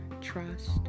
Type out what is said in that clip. trust